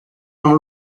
dans